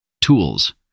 Tools